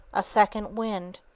a second wind,